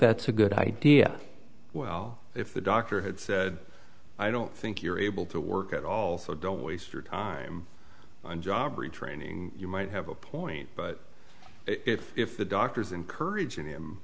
that's a good idea well if the doctor had said i don't think you're able to work at all so don't waste your time on job retraining you might have a point but if the doctors encourag